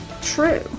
true